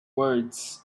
words